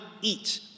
eat